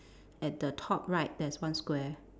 at the top right there's one square